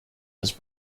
his